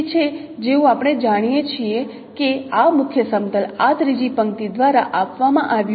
તે છે જેવું આપણે જાણીએ છીએ કે આ મુખ્ય સમતલ આ ત્રીજી પંક્તિ દ્વારા આપવામાં આવ્યું છે